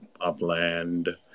Upland